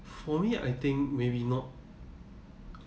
for me I think maybe not